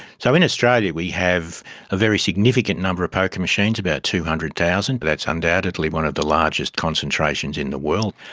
so in australia we have a very significant number of poker machines, about two hundred thousand. that's undoubtedly one of the largest concentrations in the world.